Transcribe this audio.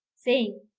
saying,